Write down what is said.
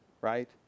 right